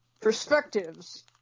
Perspectives